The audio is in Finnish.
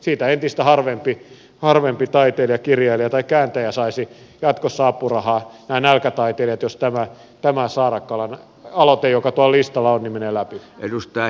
siitä entistä harvempi taiteilija kirjailija tai kääntäjä saisi jatkossa apurahaa nämä nälkätaiteilijat jos tämä saarakkalan aloite joka tuolla listalla on menee läpi